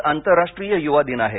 आज आंतरराष्ट्रीय युवा दिन आहे